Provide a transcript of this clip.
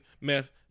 meth